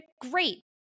great